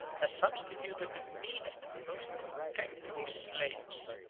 has substituted the meanest and most contemptible slaves.